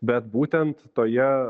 bet būtent toje